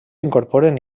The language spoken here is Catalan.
incorporen